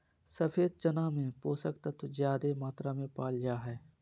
सफ़ेद चना में पोषक तत्व ज्यादे मात्रा में पाल जा हइ